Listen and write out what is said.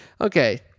Okay